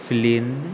फिलीन